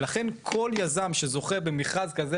ולכן כל יזם שזוכה במכרז כזה,